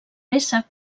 préssec